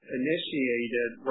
initiated